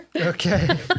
Okay